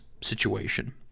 situation